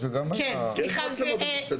שזה גם היה --- יש מצלמות על מכת"זית.